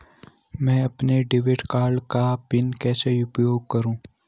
मैं अपने debit card का पिन कैसे उपयोग करूँ?